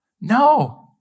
No